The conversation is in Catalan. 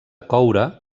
coure